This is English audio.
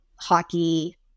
hockey